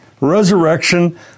resurrection